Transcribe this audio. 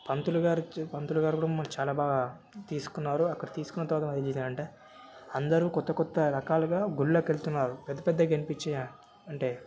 పంతులుగారు పంతులుగారు కూడా మాకు చాలా బాగా తీసుకున్నారు అక్కడ తీసుకున్న తర్వాత ఏం చేశారంటే అందరూ కొత్త కొత్త రకాలుగా గుడిలోకెళ్తున్నారు పెద్దపెద్ద కనిపించే అంటే